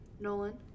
Nolan